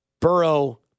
Burrow